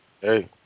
Hey